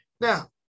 Now